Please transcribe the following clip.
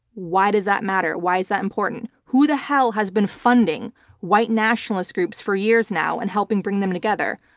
why does that matter? why is that important? who the hell has been funding white nationalist groups for years now and helping bring them together?